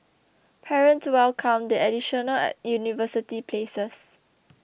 parents welcomed the additional university places